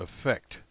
effect